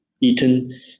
eaten